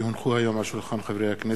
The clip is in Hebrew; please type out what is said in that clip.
כי הונחו היום על שולחן הכנסת,